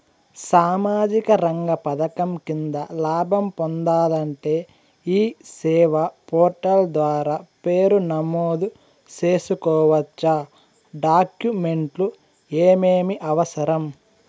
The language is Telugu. సామాజిక రంగ పథకం కింద లాభం పొందాలంటే ఈ సేవా పోర్టల్ ద్వారా పేరు నమోదు సేసుకోవచ్చా? డాక్యుమెంట్లు ఏమేమి అవసరం?